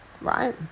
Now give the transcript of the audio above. right